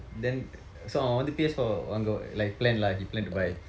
then so அவன் வந்து:avan vandthu P_S four வாங்க:vanka like plan lah he plan to buy